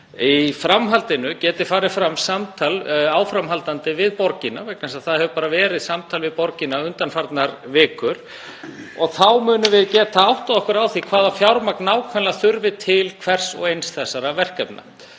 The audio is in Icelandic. Í framhaldinu gæti farið fram áframhaldandi samtal við borgina, vegna þess að það hefur bara verið samtal við borgina undanfarnar vikur, og þá munum við geta áttað okkur á því hvaða fjármagn nákvæmlega þarf til hvers og eins þessara verkefna.